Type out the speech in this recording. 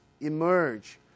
emerge